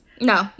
no